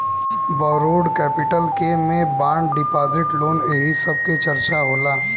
borrowed capital के में bond deposit loan एही सब के चर्चा होला